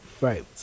Right